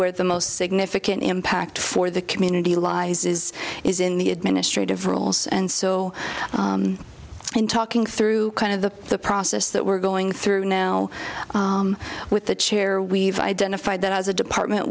where the most significant impact for the community lies is is in the administrative rules and so i'm talking through kind of the process that we're going through now with the chair we've identified that as a department